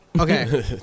Okay